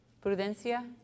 Prudencia